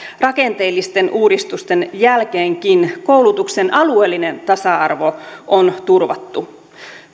rakenteellisten uudistusten jälkeenkin koulutuksen alueellinen tasa arvo on turvattu